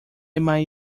might